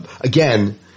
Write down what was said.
again